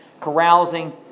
carousing